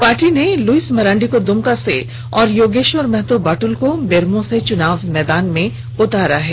party ने लुईस मरांडी को दुमका से और योगेश्वर महतो बाटुल को बेरमो से चुनाव मैदान में उतारा है